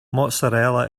mozzarella